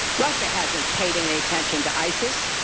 russia hasn't paid any attention to isis.